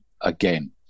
again